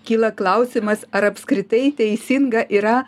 kyla klausimas ar apskritai teisinga yra